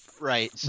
right